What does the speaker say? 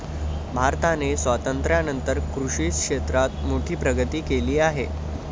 भारताने स्वातंत्र्यानंतर कृषी क्षेत्रात मोठी प्रगती केली आहे